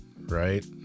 right